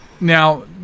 now